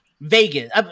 Vegas